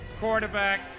Quarterback